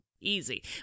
Easy